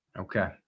Okay